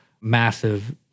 massive